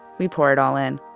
we'd pour it all in.